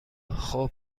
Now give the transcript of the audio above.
خوب